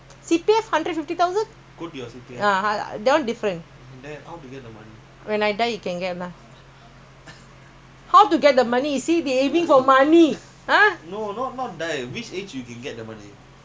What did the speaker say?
how to get the money you see he aiming the money !huh! cannot get because now the C_P_F they increase to hundred and seventy eighty ah no example when you